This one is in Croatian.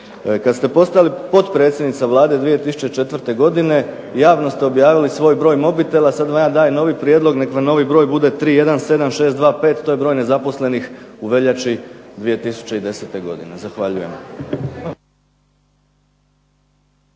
Kad ste postali potpredsjednica Vlade 2004. godine javno ste objavili svoj broj mobitela. Sad vam ja dajem novi prijedlog, nek vam novi broj bude 317625, to je broj nezaposlenih u veljači 2010. godine. Zahvaljujem.